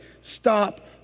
Stop